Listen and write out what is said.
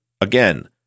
Again